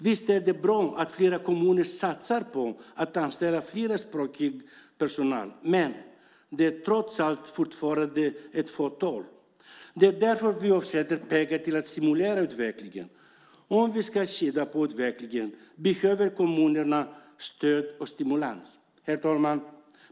Visst är det bra att flera kommuner satsar på att anställa flerspråkig personal, men det är trots allt fortfarande bara ett fåtal. Det är därför vi avsätter pengar till att stimulera utvecklingen. Om vi ska skynda på utvecklingen behöver kommunerna stöd och stimulans.